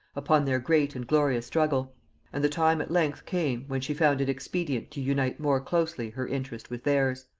upon their great and glorious struggle and the time at length came, when she found it expedient to unite more closely her interest with theirs.